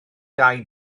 dau